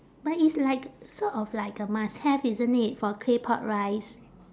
but it's like sort of like a must have isn't it for claypot rice